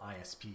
ISP